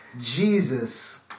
Jesus